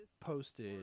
posted